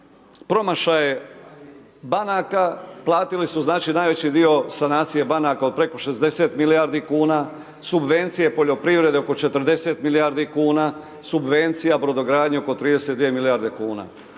promašaje banaka, platili su najveći dio sanacije banaka od preko 60 milijardi kuna, subvencije poljoprivrede oko 40 milijardi kuna, subvencija, brodogradnja oko 32 milijarde kuna.